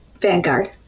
Vanguard